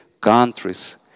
countries